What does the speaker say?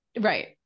right